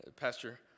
Pastor